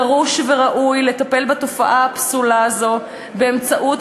דרוש וראוי לטפל בתופעה הפסולה הזאת בכלים מגוונים,